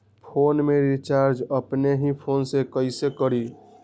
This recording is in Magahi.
फ़ोन में रिचार्ज अपने ही फ़ोन से कईसे करी?